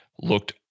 looked